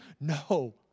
No